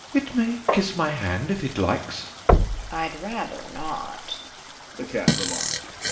it may kiss my hand if it likes i'd rather not the cat remarked.